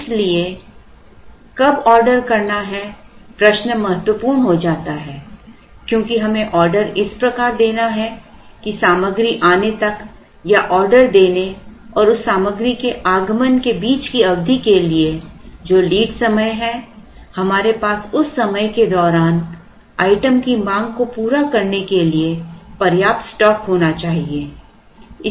इसलिए कब ऑर्डर करना है प्रश्न महत्वपूर्ण हो जाता है क्योंकि हमें ऑर्डर इस प्रकार देना होता है कि सामग्री आने तक या ऑर्डर देने और उस सामग्री का आगमन के बीच की अवधि के लिए जो लीड समय है हमारे पास उस समय के दौरान आइटम की मांग को पूरा करने के लिए पर्याप्त स्टॉक होना चाहिए